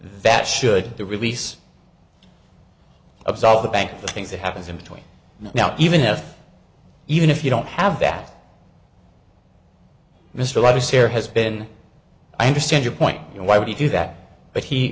that should the release absolve the bank the things that happens in between now even if even if you don't have that mr right is here has been i understand your point you know why would you do that but he